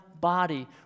body